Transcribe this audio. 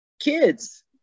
kids